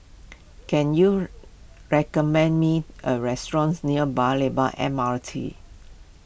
can you recommend me a restaurants near Paya Lebar M R T